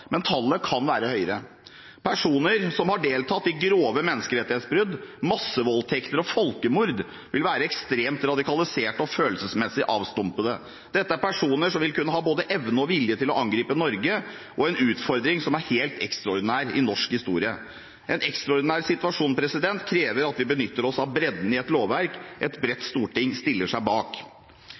men tallet kan være høyere. Personer som har deltatt i grove menneskerettighetsbrudd, massevoldtekter og folkemord, vil være ekstremt radikaliserte og følelsesmessig avstumpede. Dette er personer som vil kunne ha både evne og vilje til å angripe Norge, en utfordring som er helt ekstraordinær i norsk historie. En ekstraordinær situasjon krever at vi benytter oss av bredden i et lovverk et bredt storting stiller seg bak.